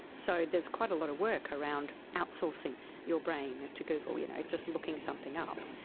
so there's quite a lot of work around outsourcing your brain to google, you know just looking something up.